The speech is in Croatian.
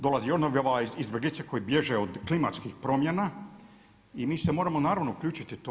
Dolazi novi val izbjeglica koji bježe od klimatskih promjena i mi se moramo naravno uključiti u to.